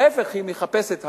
להיפך, היא מחפשת הכרה,